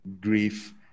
grief